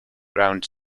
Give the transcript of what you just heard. ground